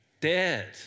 Dead